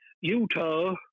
Utah